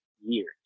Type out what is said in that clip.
years